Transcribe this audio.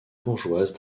bourgeoise